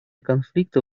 конфликта